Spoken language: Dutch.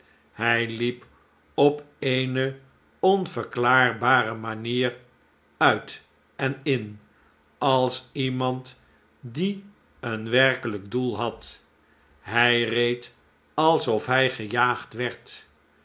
hij liep op eene onverklaarbare manier uit en in als iemand die een werkelijk doel had hij reed alsof hij gejaagd werd